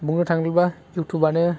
बुंनो थानोबा इउटुबानो